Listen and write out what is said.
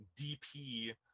DP